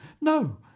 No